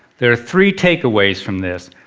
there are three take-aways from this.